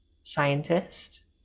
scientist